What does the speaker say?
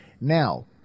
Now